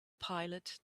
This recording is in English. pilot